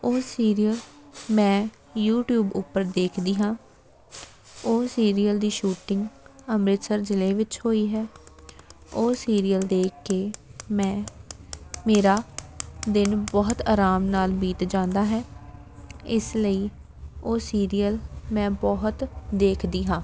ਉਹ ਸੀਰੀਅਲ ਮੈਂ ਯੂਟੀਊਬ ਉੱਪਰ ਦੇਖਦੀ ਹਾਂ ਉਸ ਸੀਰੀਅਲ ਦੀ ਸ਼ੂਟਿੰਗ ਅੰਮ੍ਰਿਤਸਰ ਜ਼ਿਲ੍ਹੇ ਵਿੱਚ ਹੋਈ ਹੈ ਉਹ ਸੀਰੀਅਲ ਦੇਖ ਕੇ ਮੈਂ ਮੇਰਾ ਦਿਨ ਬਹੁਤ ਆਰਾਮ ਨਾਲ ਬੀਤ ਜਾਂਦਾ ਹੈ ਇਸ ਲਈ ਉਹ ਸੀਰੀਅਲ ਮੈਂ ਬਹੁਤ ਦੇਖਦੀ ਹਾਂ